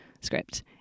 script